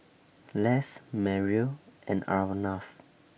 Les Mariel and Arnav